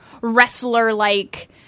wrestler-like